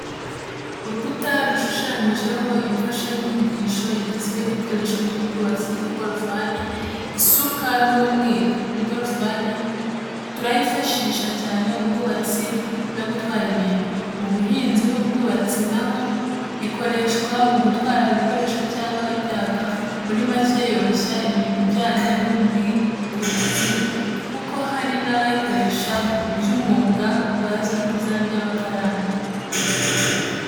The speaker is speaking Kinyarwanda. Urukuta rushushanyijeho imfashanyigisho igizwe n'ibikoresho by'ubwubatsi nk'ingorofani, isuka n'umwiko. Ingorofani turayifashisha, cyane mu bwubatsi no gutwara ibintu. Mu buhinzi n’ubwubatsi naho ikoreshwa mu gutwara ibikoresho cyangwa imyaka. Muri macye yoroshya imirimo ijyanye n’ubwikorezi kuko hari n’abayikoresha by’umwuga bazwi ku izina ry’abakarani.